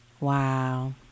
Wow